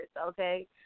okay